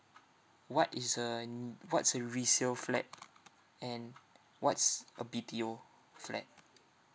what is a n~ what's a resale flat and what's a B_T_O flat